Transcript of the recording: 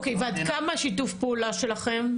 אוקיי ועד כמה שיתוף הפעולה שלכם?